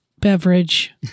Beverage